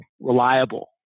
reliable